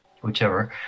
whichever